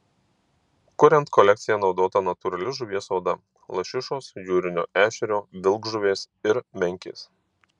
kuriant kolekciją naudota natūrali žuvies oda lašišos jūrinio ešerio vilkžuvės ir menkės